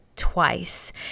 twice